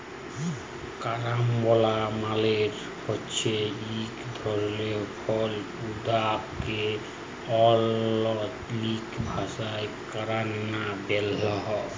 carambola মালে হছে ইক ধরলের ফল উয়াকে আল্চলিক ভাষায় কারান্চ ব্যলে